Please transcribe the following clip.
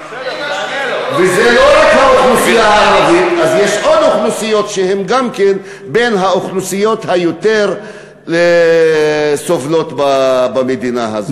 יש עוד אוכלוסיות שהן גם כן בין האוכלוסיות היותר-סובלות במדינה הזאת.